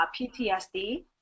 PTSD